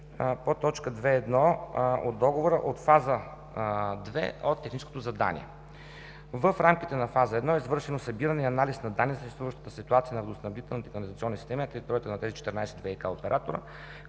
по т. 2.1 от договора от Фаза II от техническото задание. В рамките на фаза 1 е извършено събиране и анализ на данните за съществуващата ситуация на водоснабдителните и канализационни системи на територията на тези 14 ВиК оператора,